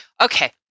Okay